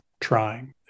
trying